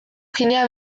ginea